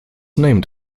named